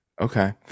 Okay